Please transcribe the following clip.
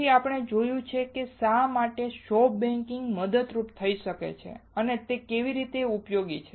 પછી આપણે જોયું છે કે શા માટે સોફ્ટ બેકિંગ મદદરૂપ થઈ શકે છે અને તે કેવી રીતે ઉપયોગી છે